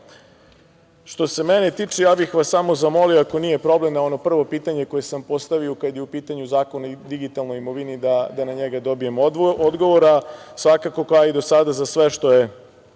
se mene tiče, ja bih vas samo zamolio, ako nije problem, na ono prvo pitanje koje sam postavio kada je u pitanju Zakon o digitalnoj imovini da na njega dobijem odgovor. Svakako, kao i do sada, za sve što je